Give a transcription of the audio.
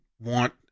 want